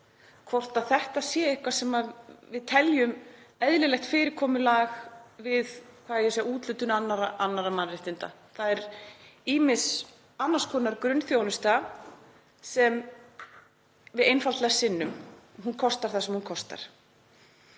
hvort þetta sé eitthvað sem við teljum eðlilegt fyrirkomulag við úthlutun annarra mannréttinda. Það er ýmis annars konar grunnþjónusta sem við sinnum einfaldlega og hún kostar það sem hún kostar.